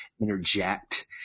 interject